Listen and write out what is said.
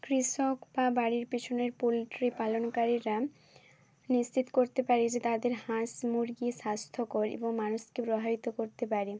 কৃষক বা বাড়ির পিছনের পোলট্রি পালনকারীরা নিশ্চিত করতে পারে যে তাদের হাঁস মুরগি স্বাস্থ্যকর এবং মানুষকে প্রভাবিত করতে পারে